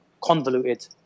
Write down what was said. convoluted